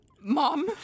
Mom